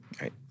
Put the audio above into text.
Right